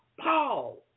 Paul